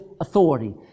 authority